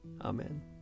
Amen